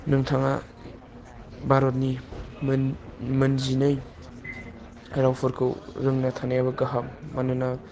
नोंथाङा भारतनि मोन मोन जिनै रावफोरखौ रोंना थानायाबो गाहाम मानोना